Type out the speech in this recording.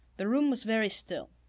the room was very still,